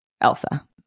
Elsa